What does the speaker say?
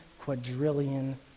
quadrillion